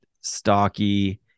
stocky